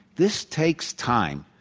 this takes time.